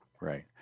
right